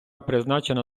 призначена